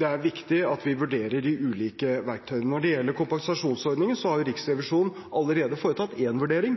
det er viktig at vi vurderer de ulike verktøyene. Når det gjelder kompensasjonsordningen, har Riksrevisjonen allerede foretatt én vurdering,